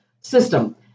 system